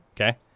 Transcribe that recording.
Okay